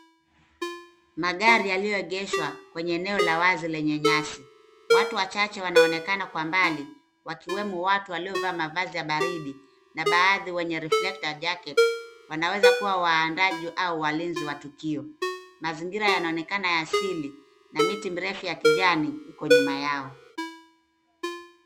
Magari yaliyoegeshwa, kwenye eneo la wazi lenye nyasi. Watu wachache wanaonekana kwa mbali, wakiwemo watu waliovaa mavazi ya baridi na baadhi wenye cs[reflector jackets]cs wanaweza kuwa waandaji au walinzi wa tukio. Mazingira yanaonekana ya asili na miti mrefu ya kijani iko nyuma yao.